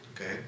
Okay